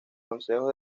consejos